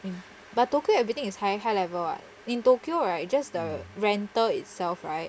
mm but tokyo everything is high high level [what] in tokyo right just the rental itself right